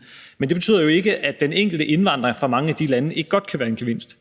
i Stormellemøsten. Men det betyder jo ikke, at den enkelte indvandrer, der kommer fra et af de lande, ikke godt kan være en gevinst.